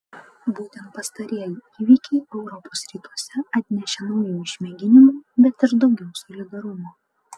būtent pastarieji įvykiai europos rytuose atnešė naujų išmėginimų bet ir daugiau solidarumo